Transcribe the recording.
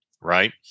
right